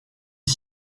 est